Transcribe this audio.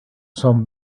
son